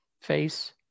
face